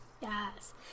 Yes